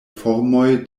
formoj